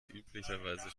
üblicherweise